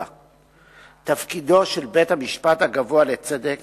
תפקידו של בית-המשפט הגבוה לצדק